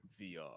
VR